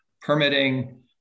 permitting